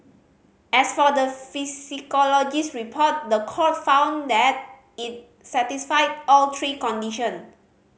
as for the psychologist report the court found that it satisfied all three condition